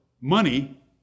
money